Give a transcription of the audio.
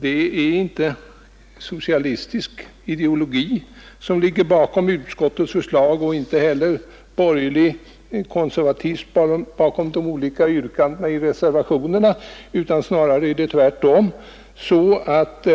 Det är inte socialistisk ideologi som ligger bakom utskottets förslag, och inte heller ligger det någon borgerlig konservatism bakom de olika yrkandena i reservationerna. Det är snarare tvärtom så att